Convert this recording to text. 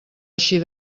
eixir